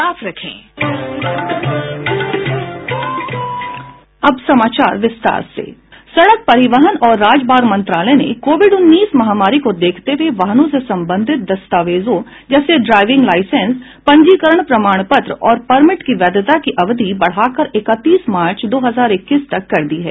sound bite सड़क परिवहन और राजमार्ग मंत्रालय ने कोविड उन्नीस महामारी को देखते हुये वाहनों से संबंधित दस्तावेजों जैसे ड्राइविंग लाइसेंस पंजीकरण प्रमाण पत्र और परमिट की वैधता की अवधि बढ़ाकर इकतीस मार्च दो हजार इक्कीस तक कर दी है